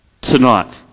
tonight